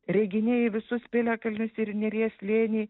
reginiai į visus piliakalnius ir į neries slėnį